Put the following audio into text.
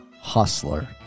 Hustler